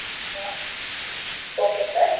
હા okay sir